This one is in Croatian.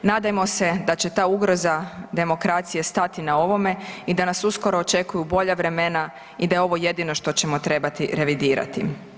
Nadajmo se da će ta ugroza demokracije stati na ovome i da nas uskoro očekuju bolja vremena i da je ovo jedino što ćemo trebati revidirati.